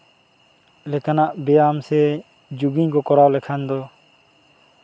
ᱞᱮᱠᱟᱱᱟᱜ ᱵᱮᱭᱟᱢ ᱥᱮ ᱡᱳᱜᱤᱝ ᱠᱚ ᱠᱚᱨᱟᱣ ᱞᱮᱠᱷᱟᱱ ᱫᱚ